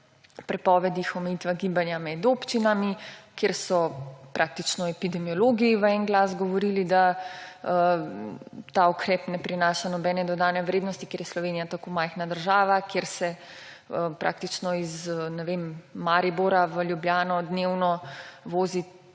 prepovedih, omejitvah gibanja med občinami, kjer so praktično epidemiologi v en glas govorili, da ta ukrep ne prinaša nobene dodane vrednosti, ker je Slovenija tako majhna država, kjer se praktično iz Maribora v Ljubljano dnevno vozi